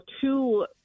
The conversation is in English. two